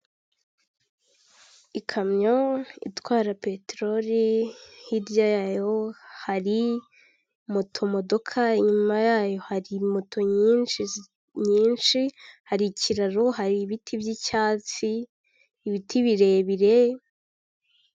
Ikamyo itwara peteroli, hirya yayo hari moto modoka, inyuma yayo hari moto nyinshi nyinshi, hari ikiraro hari ibiti by'icyatsi, ibiti birebire.